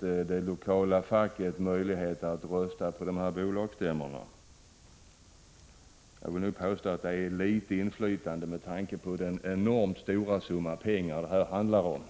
det lokala facket möjlighet att rösta vid 20-30 bolagsstämmor. Jag vill nog påstå att det är ett litet inflytande med tanke på den enormt stora summa pengar det här handlar om.